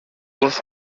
uns